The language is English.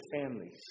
families